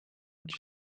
would